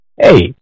hey